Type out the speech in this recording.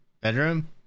bedroom